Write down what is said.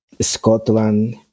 Scotland